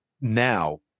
now –